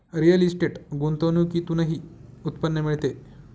real estate गुंतवणुकीतूनही उत्पन्न मिळते